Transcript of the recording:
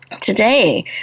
Today